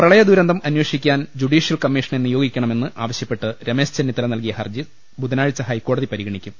പ്രളയദുരന്തം അന്വേഷിക്കാൻ ജൂഡീഷ്യൽ കമ്മീഷനെ നിയോഗിക്കണമെന്ന് ആവശ്യപ്പെട്ട് രമേശ് ചെന്നിത്തല നൽകിയ ഹർജി ബുധനാഴ്ച ഹൈക്കോടതി പരിഗണിക്കും